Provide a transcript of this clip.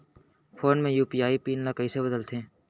Phone पे म UPI PIN ल कइसे बदलथे?